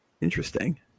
Interesting